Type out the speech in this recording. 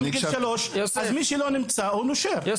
אז מי שלא נמצא במערכת החינוך נחשב נושר,